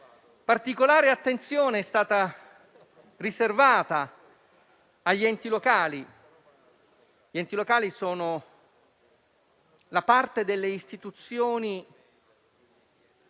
Particolare attenzione è stata riservata agli enti locali, che sono la parte delle istituzioni